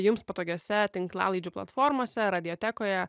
jums patogiose tinklalaidžių platformose radiotekoje